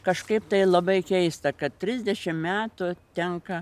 kažkaip tai labai keista kad trisdešim metų tenka